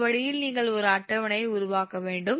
இந்த வழியில் நீங்கள் ஒரு அட்டவணையை உருவாக்க வேண்டும்